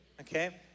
Okay